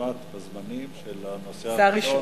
שעמדת בזמנים של הנושא הראשון,